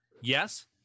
yes